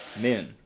men